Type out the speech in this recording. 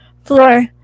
floor